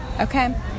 Okay